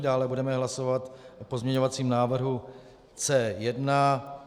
Dále budeme hlasovat o pozměňovacím návrhu C1.